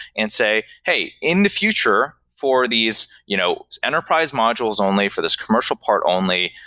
and say, hey, in the future for these you know enterprise modules only, for this commercial part only,